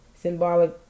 symbolic